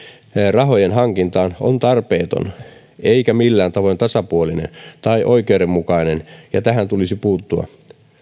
rahojen hankintaan on tarpeeton eikä millään tavoin tasapuolinen tai oikeudenmukainen ja tähän tulisi puuttua